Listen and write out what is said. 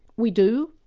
we do.